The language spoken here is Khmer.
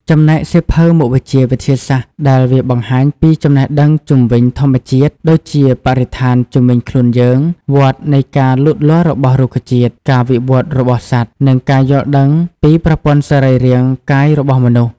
ចំណែក សៀវភៅមុខវិជ្ជាវិទ្យាសាស្ត្រដែលវាបង្ហាញពីចំណេះដឹងជុំវិញធម្មជាតិដូចជាបរិស្ថានជុំវិញខ្លួនយើង វដ្ដនៃការលូតលាស់របស់រុក្ខជាតិ ការវិវត្តរបស់សត្វ និងការយល់ដឹងពីប្រព័ន្ធសរីរាង្គកាយរបស់មនុស្ស។